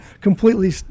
completely